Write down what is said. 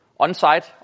on-site